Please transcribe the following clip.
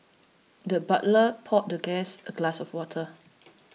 the butler poured the guest a glass of water